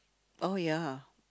oh ya